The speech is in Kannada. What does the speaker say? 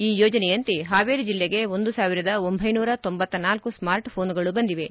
ಈ ಯೋಜನೆಯಂತೆ ಹಾವೇರಿ ಜಿಲ್ಲೆಗೆ ಒಂದು ಸಾವಿರದ ಒಂದೈನೂರ ತೊಂಬತ್ತನಾಲ್ಲು ಸ್ನಾರ್ಟ್ ಫೋನ್ಗಳು ಬಂದಿವೆ